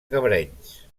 cabrenys